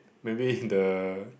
maybe the